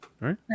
right